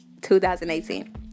2018